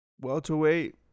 welterweight